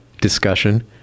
discussion